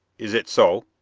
is it so?